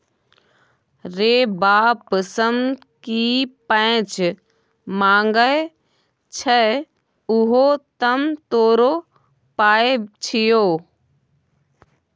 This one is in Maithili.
रे बाप सँ की पैंच मांगय छै उहो तँ तोरो पाय छियौ